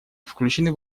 включены